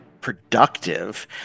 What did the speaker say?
productive